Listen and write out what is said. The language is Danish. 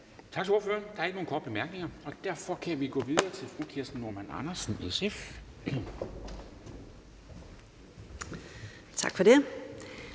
Tak til ordføreren. Der er ikke nogen korte bemærkninger, og derfor kan vi gå videre til fru Kirsten Normann Andersen, SF. Kl.